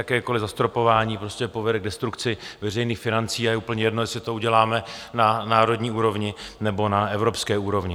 Jakékoliv zastropování prostě povede k destrukci veřejných financí a je úplně jedno, jestli to uděláme na národní úrovni, nebo na evropské úrovni.